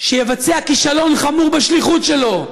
שיבצע כישלון חמור בשליחות שלו,